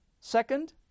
second